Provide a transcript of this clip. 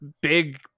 big